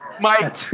Mike